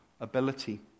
ability